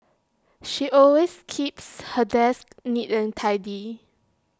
she always keeps her desk neat and tidy